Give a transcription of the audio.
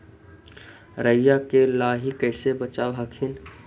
राईया के लाहि कैसे बचाब हखिन?